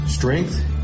Strength